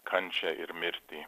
kančią ir mirtį